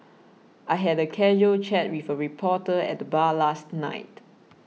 I had a casual chat with a reporter at the bar last night